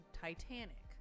Titanic